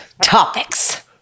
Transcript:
topics